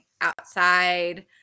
outside